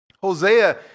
Hosea